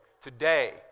Today